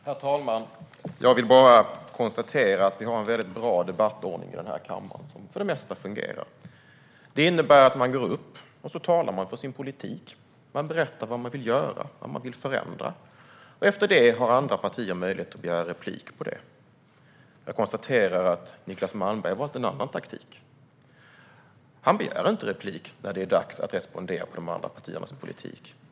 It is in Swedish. Herr talman! Jag vill bara konstatera att vi har en väldigt bra debattordning i den här kammaren som för det mesta fungerar. Den innebär att man går upp och talar för sin politik och berättar vad man vill göra och vad man vill förändra. Efter det har andra partier möjlighet att begära replik. Jag konstaterar att Niclas Malmberg har valt en annan taktik. Han begär inte replik när det är dags att respondera på de andra partiernas politik.